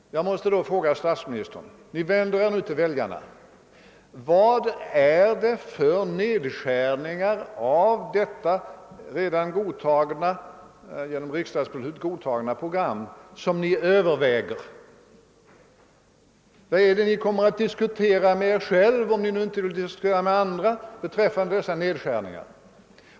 Jag måste därför fråga statsministern, när Ni nu vänder Er till väljarna: Vad är det för nedskärningar av detta genom riksdagsbeslut redan godtagna program som Ni överväger? Vad kommer Ni att diskutera med Er själv — om Ni nu inte vill diskutera med andra — beträffande dessa nedskärningar?